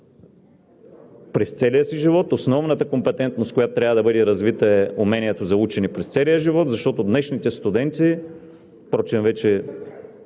през целия си живот. Основната компетентност, която трябва да бъде развита, е умението за учене през целия живот, защото днешните студенти – впрочем вече